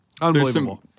unbelievable